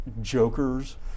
jokers